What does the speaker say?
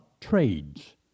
trades